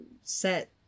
set